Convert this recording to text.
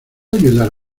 ayudar